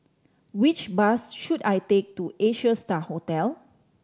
which bus should I take to Asia Star Hotel